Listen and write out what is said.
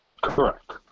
Correct